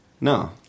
no